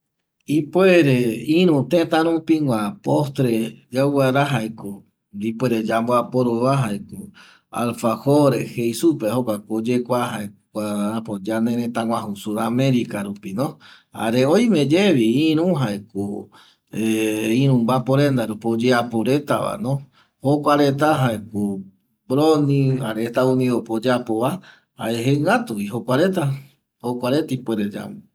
Ipuer itu tëta rupigua postre yau vaera jaeko ipuere yambo aporova jaeko alfajore jei supeva jaeko kua oyekua ñane rëtaguju sudamerica rupino jare oimeyevi iru jaeko iru mbapo renda rupi oyeapo retavano jokua reta jaeko broni jare estado unidope oyeapova jare jengätuvi jokua reta jokua reta ipuere yau